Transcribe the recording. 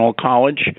college